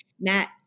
Matt